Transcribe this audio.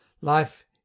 life